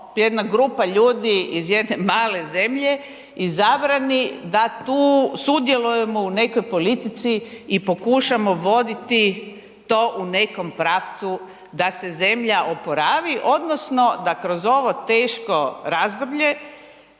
jedna grupa ljudi iz jedne male zemlje i zabrani da tu sudjelujemo u nekoj politici i pokušamo voditi to u nekom pravcu da se zemlja oporavi odnosno da kroz ovo teško razdoblje